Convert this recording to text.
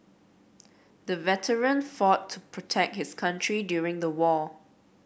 the veteran fought to protect his country during the war